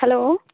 hello